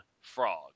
frog